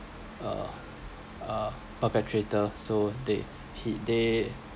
uh perpetrator so they pick they